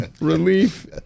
relief